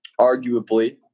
Arguably